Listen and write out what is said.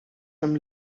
hem